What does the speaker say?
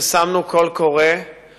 פנה לשר הביטחון,